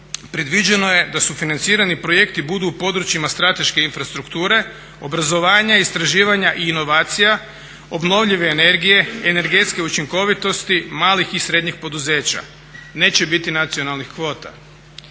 Predviđeno je da sufinancirani projekti budu u područjima strateške infrastrukture, obrazovanja, istraživanja i inovacija obnovljive energije, energetske učinkovitosti, malih i srednjih poduzeća. Neće biti nacionalnih kvota.